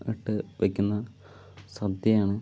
ഇട്ട് വെക്കുന്ന സദ്യയാണ്